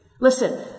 listen